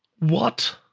what?